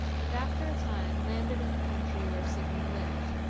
and after a time landed in the country where signy lived.